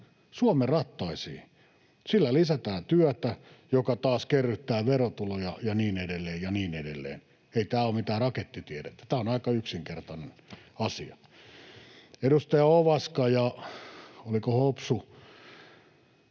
Suomen rattaisiin. Sillä lisätään työtä, joka taas kerryttää verotuloja ja niin edelleen ja niin edelleen. Ei tämä ole mitään rakettitiedettä. Tämä on aika yksinkertainen asia. Edustajat Ovaska ja, oliko, Hopsu